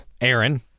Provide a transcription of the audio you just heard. Aaron